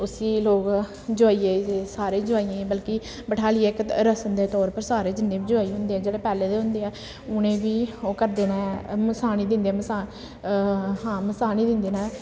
उस्सी लोग जोआइयै गी सारे जोआइयें गी बल्कि बठालियै इक रसम दे तौर पर सारे जिन्ने बी जोआई होंदे न जेह्ड़े पैह्लें दे होंदे ऐ उ'नें गी बी ओह् करदे न मसाह्नी दिंदे मसा हां मसाह्नी दिंदे न